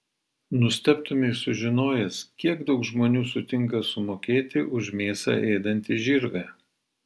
nustebtumei sužinojęs kiek daug žmonių sutinka sumokėti už mėsą ėdantį žirgą